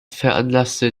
veranlasste